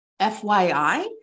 FYI